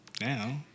now